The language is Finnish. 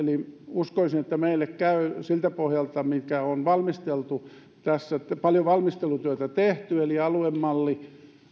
uskoisin että meille käy siltä pohjalta mitä on valmisteltu missä on paljon valmistelutyötä tehty aluemalli